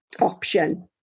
option